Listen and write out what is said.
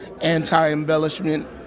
anti-embellishment